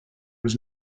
was